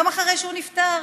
גם אחרי שהוא נפטר,